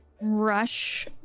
rush